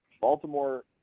Baltimore